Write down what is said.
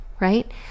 right